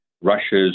Russia's